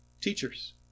Teachers